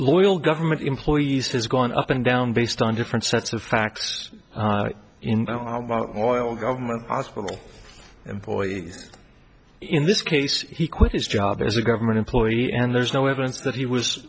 loyal government employees has gone up and down based on different sets of facts in oil government hospital employee in this case he quit his job as a government employee and there's no evidence that he was